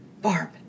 Barb